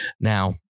Now